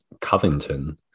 Covington